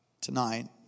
tonight